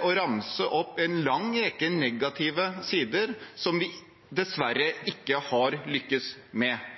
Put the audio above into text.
og ramse opp en lang rekke negative sider som vi dessverre ikke har lyktes med.